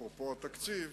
אפרופו התקציב,